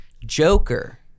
Joker